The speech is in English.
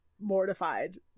mortified